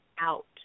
out